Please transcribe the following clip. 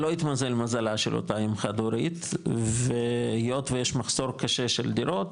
אבל לא התמזל מזלה של אותה אם חד הורית והיות ויש מחסור קשה של דירות,